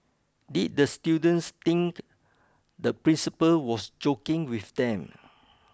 did the students think the principal was joking with them